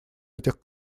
этих